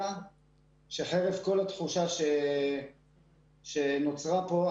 חרף כל התחושה שנוצרה כאן,